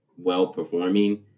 well-performing